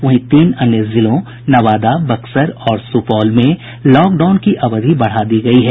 वहीं तीन अन्य जिलों नवादा बक्सर और सुपौल में लॉकडाउन की अवधि बढा दी गई है